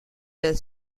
del